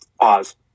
pause